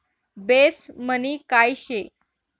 Base money काय शे?